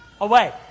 Away